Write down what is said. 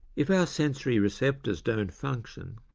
if our sensory receptors don't function,